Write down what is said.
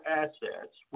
assets